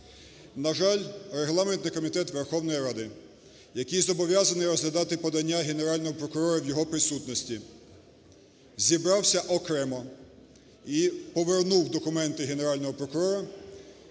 На жаль, регламентний комітет Верховної Ради, який зобов'язаний розглядати подання Генерального прокурора в його присутності, зібрався окремо і повернув документи Генерального прокурора